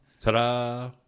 ta-da